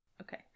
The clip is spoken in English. Okay